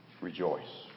Rejoice